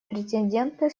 претенденты